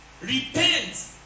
Repent